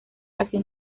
hacia